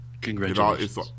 Congratulations